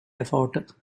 about